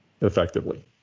effectively